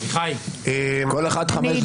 כל אחד חמש דקות ו-20 שניות מעכשיו.